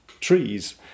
trees